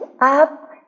up